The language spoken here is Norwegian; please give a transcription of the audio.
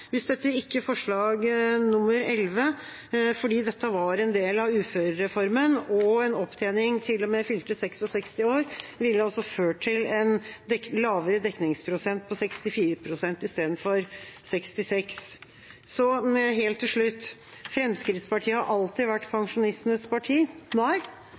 Vi støtter ikke forslag nr. 11, fordi dette var en del av uførereformen, og en opptjening til og med fylte 66 år ville altså ført til en lavere dekningsprosent, på 64 pst. istedenfor 66 pst. Helt til slutt: Fremskrittspartiet har alltid vært pensjonistenes parti?